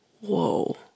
Whoa